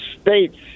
states